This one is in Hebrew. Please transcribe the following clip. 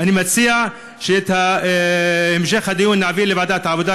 אני מציע שאת המשך הדיון נעביר לוועדת העבודה,